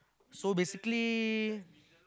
so basically